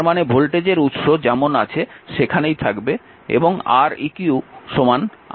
তার মানে ভোল্টেজের উৎস যেমন আছে সেখানেই থাকবে এবং Req R1 R2